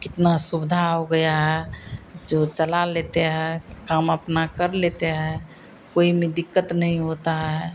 कितनी सुविधा हो गई है जो चला लेते हैं काम अपना कर लेते हैं कोई में दिक्कत नई होती है